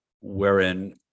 wherein